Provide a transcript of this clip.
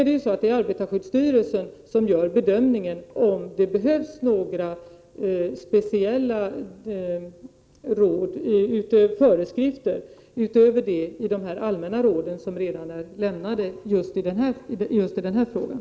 Det är arbetarskyddsstyrelsen som gör bedömningen om det behövs några speciella föreskrifter utöver de föreskrifter som finns i de allmänna råd som redan är utfärdade just i den här frågan.